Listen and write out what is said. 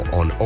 on